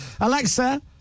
Alexa